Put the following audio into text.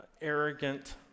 arrogant